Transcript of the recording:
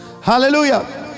Hallelujah